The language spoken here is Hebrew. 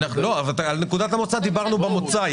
על נקודת המוצא דיברנו במוצא.